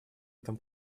этом